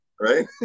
Right